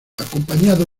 acompañado